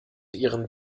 ihren